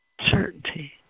certainty